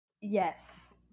Yes